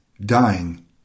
Dying